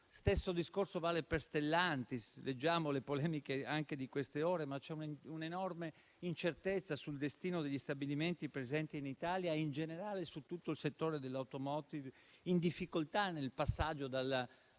stesso discorso vale per Stellantis: leggiamo le polemiche anche di queste ore, ma c'è un'enorme incertezza sul destino degli stabilimenti presenti in Italia e in generale su tutto il settore dell'*automotive*, in difficoltà nel passaggio dal termico